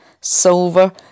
silver